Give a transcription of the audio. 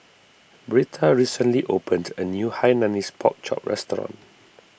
Britta recently opened a new Hainanese Pork Chop restaurant